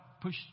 push